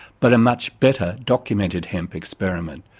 but a much better documented hemp experiment,